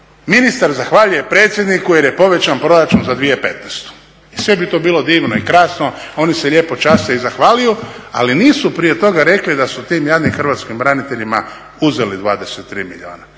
Ministar zahvaljuje predsjedniku jer je povećan proračun za 2015. I sve bi to bilo divno i krasno, oni se lijepo časte i zahvaljuju, ali nisu prije toga rekli da su tim jadnim hrvatskim braniteljima uzeli 23 milijuna.